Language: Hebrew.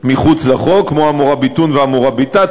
מחוץ לחוק: כמו ה"מוראביטון" וה"מוראביטאת".